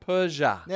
Persia